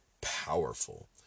powerful